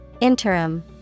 Interim